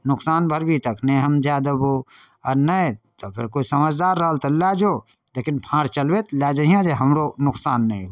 नोकसान भरबी तखने हम जाए देबो आओर नहि तऽ फेर कोइ समझदार रहल तऽ लऽ जो लेकिन फार चलबैत लऽ जहिए जे हमरो नोकसान नहि हो